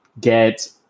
get